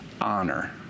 honor